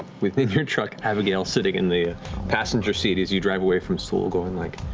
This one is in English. within your truck, abigail, sitting in the passenger seat as you drive away from school going like,